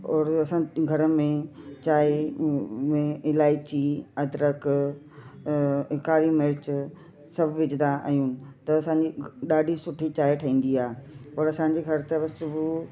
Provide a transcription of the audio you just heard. और असां घर में चांहिं में इलाइची अदरक कारी मिर्च सभु विझंदा आहियूं त असांजी ॾाढी सुठी चांहिं ठहींदी आहे और असांजे घर त बसि सुबुहु